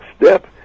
step